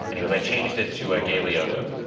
and he goes, i changed it to gay liotta.